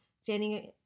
standing